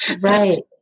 right